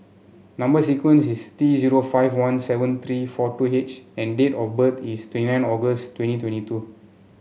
number sequence is T zero five one seven three four two H and date of birth is twenty nine August twenty twenty two